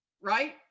right